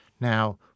Now